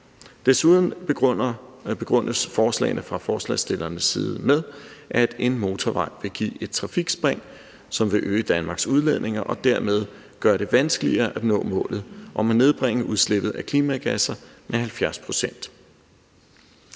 Desuden begrundes forslagene fra forslagsstillernes side med, at en motorvej vil give et trafikspring, som vil øge Danmarks udledninger og dermed gøre det vanskeligere at nå målet om at nedbringe udslippet af klimagasser med 70 pct.